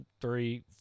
three